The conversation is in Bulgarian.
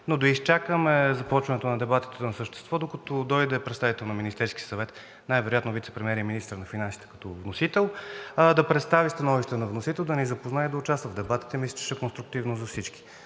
но да изчакаме започването на дебатите по същество, докато дойде представител на Министерския съвет, най-вероятно вицепремиерът и министър на финансите като вносител, да представи становището на вносител, да ни запознае и да участва в дебатите. Мисля, че ще е конструктивно за всички.